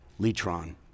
Litron